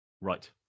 right